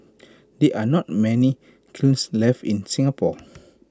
there are not many kilns left in Singapore